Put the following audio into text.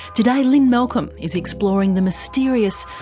today lynne malcolm is exploring the mysterious,